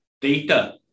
data